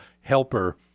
helper